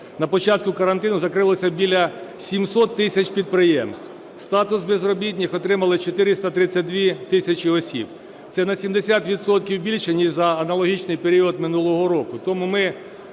на початку карантину закрилося біля 700 тисяч підприємств. Статус безробітних отримали 432 тисячі осіб. Це на 70 відсотків більше, ніж за аналогічний період минулого року. Тому ми